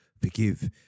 forgive